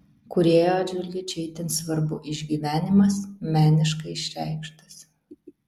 kūrėjo atžvilgiu čia itin svarbu išgyvenimas meniškai išreikštas